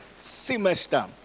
semester